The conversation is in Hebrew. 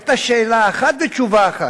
היתה שאלה אחת ותשובה אחת: